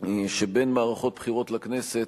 שבין מערכות בחירות לכנסת,